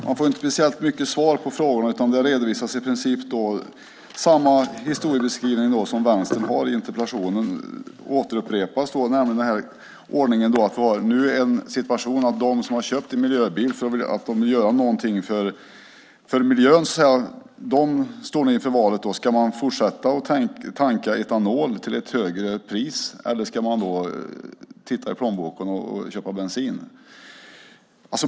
Jag får inte speciellt mycket svar på frågorna, utan i princip återupprepas Vänsterpartiets beskrivning i interpellationen, nämligen att vi nu har situationen att de som köpt en miljöbil därför att de vill göra någonting för miljön står inför valet om de ska fortsätta att tanka etanol till ett högre pris eller om de ska titta i plånboken och köpa bensin.